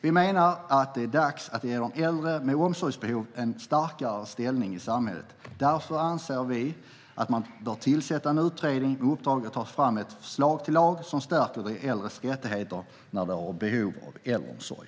Vi menar att det är dags att ge de äldre med omsorgsbehov en starkare ställning i samhället. Därför anser vi att man bör tillsätta en utredning med uppdrag att ta fram ett förslag till lag som stärker de äldre rättigheter när de har behov av äldreomsorg.